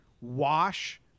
wash